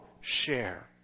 share